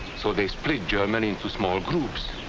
so they split germany into small groups.